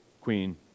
queen